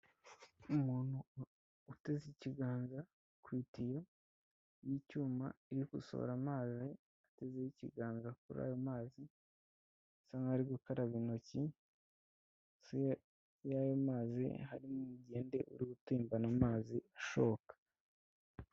Umuntu uteze ikiganza ku itiyo y'icyuma irikosora amaro atezeho ikiganza kuri ayo mazi asa nkaho ari gukaraba intoki ya mazi harimo umugende uri gutemba amazi ashoka.